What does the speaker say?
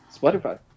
Spotify